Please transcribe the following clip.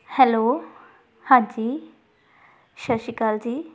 hello ਹਾਂਜੀ ਸਤਿ ਸ਼੍ਰੀ ਅਕਾਲ ਜੀ